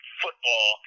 football